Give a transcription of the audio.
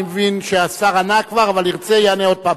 אני מבין שהשר ענה כבר, אבל ירצה, יענה עוד פעם.